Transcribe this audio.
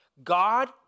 God